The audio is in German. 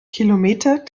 kilometer